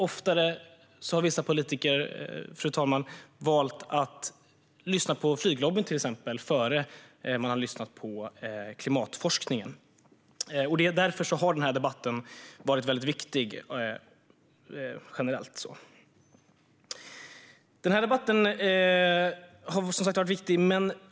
Ofta har vissa politiker, fru talman, valt att lyssna på till exempel flyglobbyn snarare än klimatforskningen. Därför har den här debatten varit väldigt viktig generellt.